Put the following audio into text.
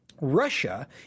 Russia